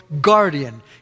guardian